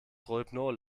rohypnol